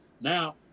now